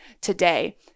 today